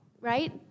right